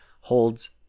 holds